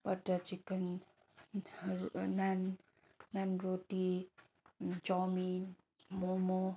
butter चिकनहरू नान नान रोटी chow mein momo